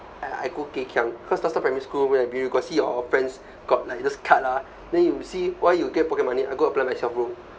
eh I go geh kiang cause last time primary school where I been you got see your friends got like those card ah then you see why you get pocket money I go apply myself bro